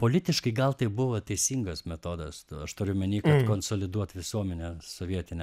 politiškai gal tai buvo teisingas metodas aš turiu omeny kad konsoliduot visuomenę sovietinę